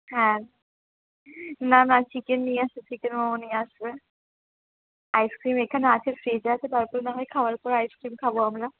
হ্যাঁ না না চিকেন নিয়ে আসো চিকেন মোমো নিয়ে আসবে আইসক্রিম এখানে আছে ফ্রিজে আছে তারপর না হয় খাওয়ার পর আইসক্রিম খাবো আমরা